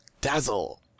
dazzle